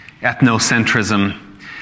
ethnocentrism